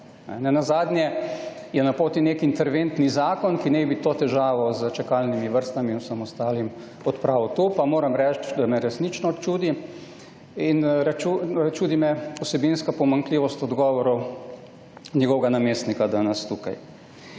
Nenazadnje je na poti nek interventni zakon, ki naj bi to težavo s čakalnimi vrstami in vsem ostalim odpravil. To pa me, moram reči, resnično čudi. In čudi me vsebinska pomanjkljivost odgovorov njegovega namestnika danes tukaj.